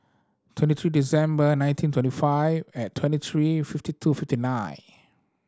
twenty three December nineteen twenty five and twenty three fifty two fifty nine